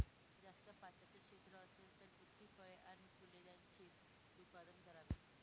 जास्त पात्याचं क्षेत्र असेल तर कुठली फळे आणि फूले यांचे उत्पादन करावे?